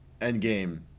Endgame